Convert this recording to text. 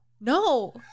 No